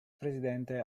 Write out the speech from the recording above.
presidente